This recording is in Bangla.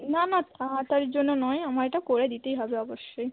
না না তাড়াতাড়ির জন্য নয় আমার এটা করে দিতেই হবে অবশ্যই